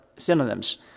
synonyms